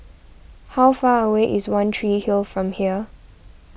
how far away is one Tree Hill from here